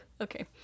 okay